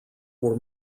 were